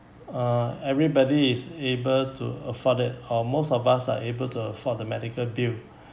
uh everybody is able to afford it or most of us are able to afford the medical bill